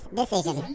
decision